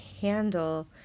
handle